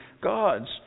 God's